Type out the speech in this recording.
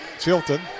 Chilton